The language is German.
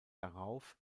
darauf